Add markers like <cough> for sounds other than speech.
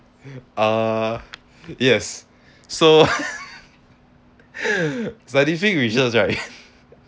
uh yes so <laughs> scientific research right